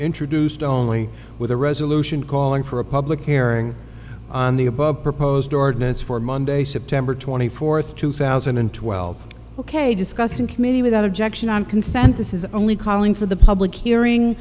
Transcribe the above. introduced only with a resolution calling for a public airing on the above proposed ordinance for monday september twenty fourth two thousand and twelve ok discussed in committee without objection and consent this is only calling for the public hearing